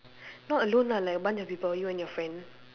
not alone lah like a bunch of people you and your friend